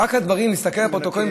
רק להסתכל על הפרוטוקולים,